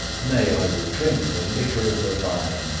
nay, i will drink the liquor of the vine,